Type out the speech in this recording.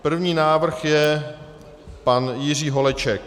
První návrh je pan Jiří Holeček.